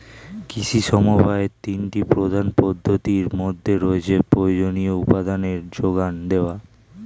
কৃষি সমবায়ের তিনটি প্রধান পদ্ধতির মধ্যে রয়েছে প্রয়োজনীয় উপাদানের জোগান দেওয়া